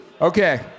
Okay